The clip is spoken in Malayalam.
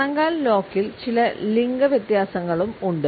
കണങ്കാൽ ലോക്കിൽ ചില ലിംഗ വ്യത്യാസങ്ങളും ഉണ്ട്